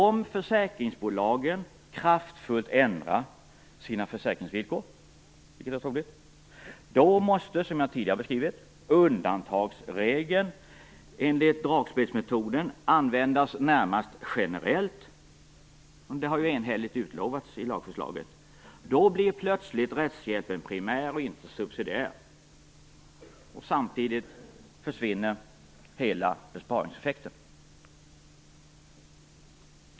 Om försäkringsbolagen kraftfullt ändrar sina försäkringsvillkor måste, som jag tidigare har påpekat, undantagsregeln enligt dragspelsmetoden användas närmast generellt, vilket också har utlovats i lagförslaget. Då blir plötsligt rättshjälpen primär och inte subsidiär, och samtidigt försvinner hela besparingseffekten.